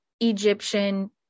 Egyptian